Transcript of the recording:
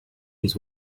his